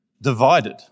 divided